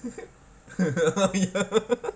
ah ya